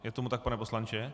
Je tomu tak, pane poslanče?